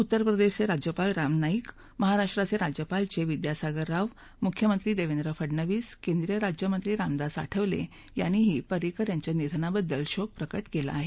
उत्तरप्रदेशचे राज्यपाल राम नाईक महाराष्ट्राचे राज्यपाल चे विद्यासागर राव मुख्यमंत्री देवेंद्र फडणवीस केंद्रीय राज्यमंत्री रामदास आठवले यांनीही पर्रिकर यांच्या निधनाबद्दल शोक प्रकट केला आहे